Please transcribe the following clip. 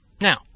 Now